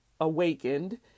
awakened